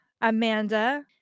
Amanda